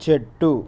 చెట్టు